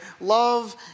love